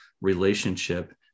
relationship